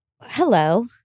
hello